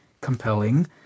compelling